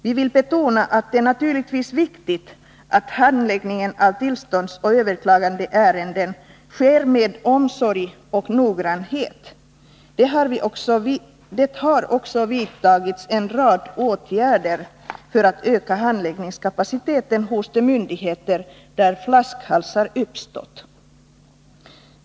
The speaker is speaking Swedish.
Vi vill betona att det naturligtvis är viktigt att handläggningen av tillståndsoch överklagandeärenden sker med omsorg och noggrannhet. Det har också vidtagits en rad åtgärder för att öka handläggningskapaciteten hos de myndigheter där flaskhalsar uppstått.